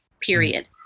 period